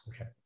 Okay